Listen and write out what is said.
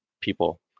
people